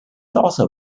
also